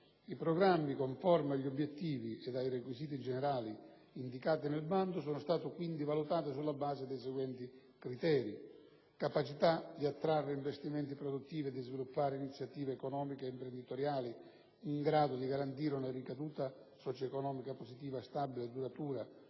I programmi, conformi agli obiettivi e ai requisiti generali indicati nel bando, sono stati quindi valutati sulla base dei seguenti criteri: capacità di attrarre investimenti produttivi e di sviluppare iniziative economiche e imprenditoriali in grado di garantire una ricaduta socio-economica positiva stabile e duratura,